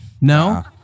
no